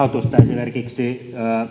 esimerkiksi